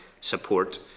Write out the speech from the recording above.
support